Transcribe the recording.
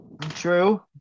True